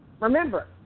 Remember